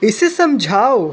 इसे समझाओ